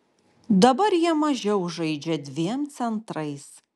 dabar jie mažiau žaidžia dviem centrais